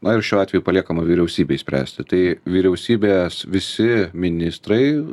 na ir šiuo atveju paliekama vyriausybei spręsti tai vyriausybės visi ministrai